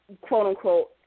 quote-unquote